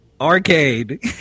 arcade